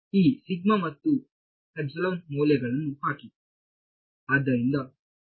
ಈ ಮತ್ತು ಮೌಲ್ಯಗಳನ್ನು ಹಾಕಿ